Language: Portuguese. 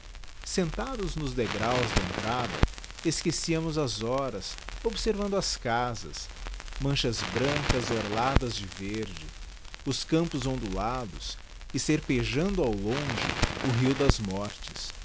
sentados nos degraus da entrada esquecíamos as horas observando as casas manchas brancas orladas de verde os campos ondulados e serpejando ao longe o rio das mortes